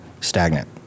stagnant